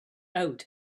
out